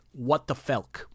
WhatTheFelk